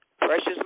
Precious